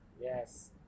Yes